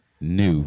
new